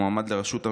מועמד לראשות הממשלה,